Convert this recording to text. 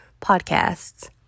podcasts